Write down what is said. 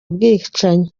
bwicanyi